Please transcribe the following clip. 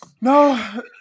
No